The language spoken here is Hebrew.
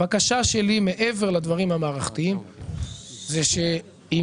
הבקשה שלי מעבר לדברים המערכתיים זה שאם